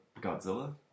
Godzilla